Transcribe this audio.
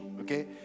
Okay